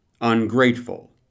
ungrateful